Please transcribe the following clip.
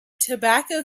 tobacco